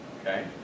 Okay